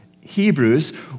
Hebrews